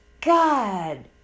God